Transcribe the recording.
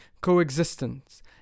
coexistence